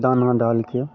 दाना डालकर